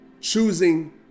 choosing